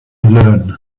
learn